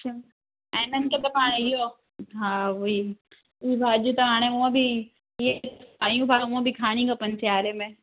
शिमि ऐं इन्हनि खे त पाण इहो हा उहो ई ई भाॼियूं त हाणे हुंअ बि इहे सायूं पाण हुंअ बि खाइणी खपनि सियारे में